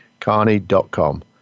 carney.com